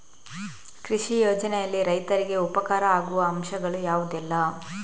ಕೃಷಿ ಯೋಜನೆಯಲ್ಲಿ ರೈತರಿಗೆ ಉಪಕಾರ ಆಗುವ ಅಂಶಗಳು ಯಾವುದೆಲ್ಲ?